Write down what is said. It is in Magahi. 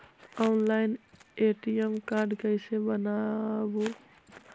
ऑनलाइन ए.टी.एम कार्ड कैसे बनाबौ?